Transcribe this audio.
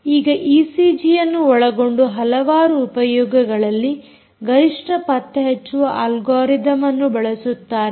ಈಗ ಈಸಿಜಿಯನ್ನು ಒಳಗೊಂಡು ಹಲವಾರು ಉಪಯೋಗಗಳಲ್ಲಿ ಗರಿಷ್ಠ ಪತ್ತೆಹಚ್ಚುವ ಆಲ್ಗೊರಿತಮ್ಅನ್ನು ಬಳಸುತ್ತಾರೆ